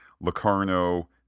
Locarno